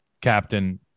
captain